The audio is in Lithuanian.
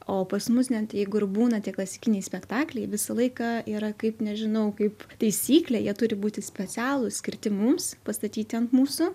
o pas mus net jeigu ir būna tie klasikiniai spektakliai visą laiką yra kaip nežinau kaip taisyklė jie turi būti specialūs skirti mums pastatyti ant mūsų